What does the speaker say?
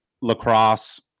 Lacrosse